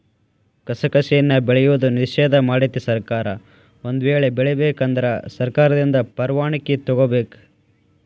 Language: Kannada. ಕಸಕಸಿಯನ್ನಾ ಬೆಳೆಯುವುದು ನಿಷೇಧ ಮಾಡೆತಿ ಸರ್ಕಾರ ಒಂದ ವೇಳೆ ಬೆಳಿಬೇಕ ಅಂದ್ರ ಸರ್ಕಾರದಿಂದ ಪರ್ವಾಣಿಕಿ ತೊಗೊಬೇಕ